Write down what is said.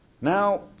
Now